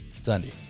Sunday